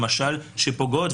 למשל שפוגעות,